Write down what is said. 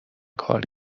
کار